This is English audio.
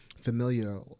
familiar